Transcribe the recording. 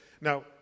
Now